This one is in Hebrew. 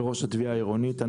וראש התביעה העירונית.